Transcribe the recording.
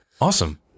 awesome